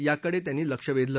याकडे त्यांनी लक्ष वेधलं